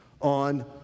on